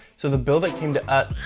so the bill that came to